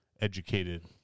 educated